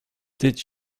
did